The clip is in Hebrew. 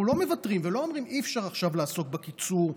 אנחנו לא מוותרים ולא אומרים שאי-אפשר עכשיו לעסוק בקיצור,